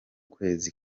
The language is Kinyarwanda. kwezi